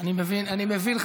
אני מבין,